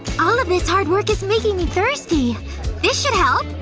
all of this hard work is making me thirsty this should help!